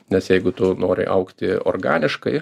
nes jeigu tu nori augti organiškai